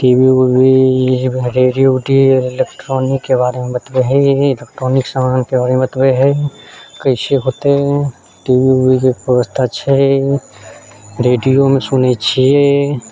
T V उबी radio इलेक्ट्रॉनिकके बारेमे बतबै हय इलेक्ट्रॉनिक सामानके बारेमे बतबै हय कैसे होतै टी वी उबीके व्यवस्था छै रेडियोमे सुनै छियै